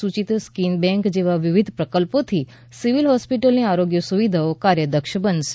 સૂચિત skin bank જેવા વિવિધ પ્રકલ્પોથી સિવિલ હોસ્પિટલની આરોગ્ય સુવિધાઓ વધુ કાર્યદક્ષ બનશે